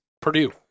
Purdue